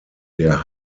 der